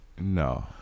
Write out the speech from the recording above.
No